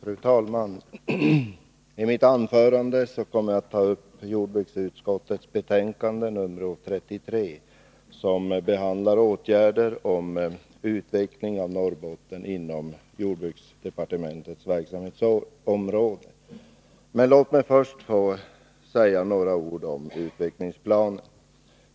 Fru talman! I mitt anförande kommer jag att ta upp jordbruksutskottets betänkande 1982/83:33, som behandlar åtgärder för utveckling av Norrbotten. Låt mig först säga några ord om utvecklingsplanen.